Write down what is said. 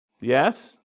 Yes